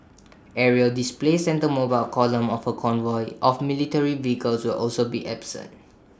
aerial displays and the mobile column of A convoy of military vehicles will also be absent